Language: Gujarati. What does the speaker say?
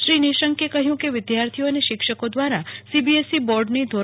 શ્રી નિશંકે કહ્યું કે વિદાર્થીઓ અને શિક્ષકો દ્વારા સીબીએસઈ બોર્ડની ધો